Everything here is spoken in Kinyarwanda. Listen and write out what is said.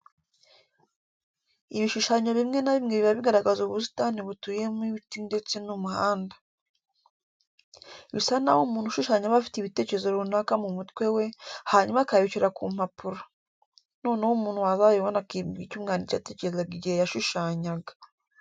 Ibishushanyo bimwe na bimwe biba bigaragaza ubusitani buteyemo ibiti ndetse n'umuhanda. Bisa naho umuntu ushushanya aba afite ibitekerezo runaka mu mutwe we, hanyuma akabishyira ku mpapuro, noneho umuntu wazabibona akibwira icyo umwanditsi yatekerezaga igihe yashushanyaga.